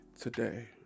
today